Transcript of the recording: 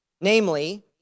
Namely